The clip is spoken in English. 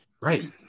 Right